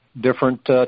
different